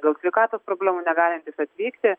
dėl sveikatos problemų negalintys atvykti